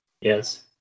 Yes